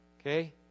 Okay